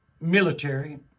military